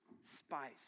spice